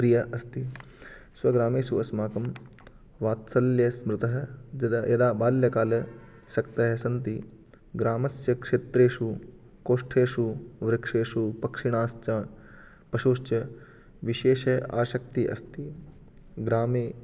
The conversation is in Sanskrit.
प्रियः अस्ति स्वग्रामेषु अस्माकं वात्सल्यस्मृतः यदा यदा बाल्यकालासक्तयः सन्ति ग्रामस्य क्षेत्रेषु कोष्ठेषु वृक्षेषु पक्षिणश्च पशुश्च विशेषे आसक्तिः अस्ति ग्रामे